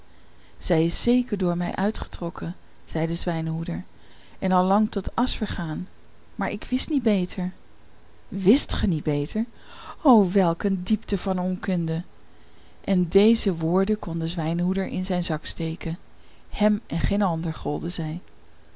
zij is zeker door mij uitgetrokken zei de zwijnenhoeder en al lang tot asch vergaan maar ik wist niet beter wist ge niet beter o welk een diepte van onkunde en deze woorden kon de zwijnenhoeder in zijn zak steken hem en geen ander golden zij